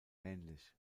ähnlich